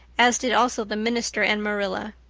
as did also the minister and marilla.